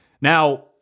Now